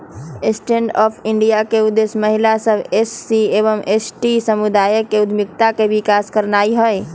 stand up India के उद्देश्य महिला सभ, एस.सी एवं एस.टी समुदाय में उद्यमिता के विकास करनाइ हइ